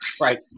Right